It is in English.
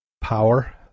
power